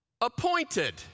appointed